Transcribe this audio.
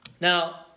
Now